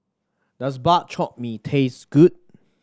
does Bak Chor Mee taste good